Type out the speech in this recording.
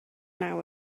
naw